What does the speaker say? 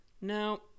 no